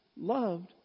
loved